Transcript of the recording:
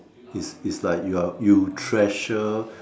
is is like you are you treasure